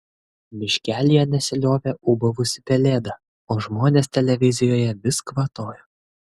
miškelyje nesiliovė ūbavusi pelėda o žmonės televizijoje vis kvatojo